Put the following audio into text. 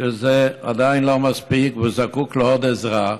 שזה עדיין לא מספיק, והוא זקוק לעוד עזרה.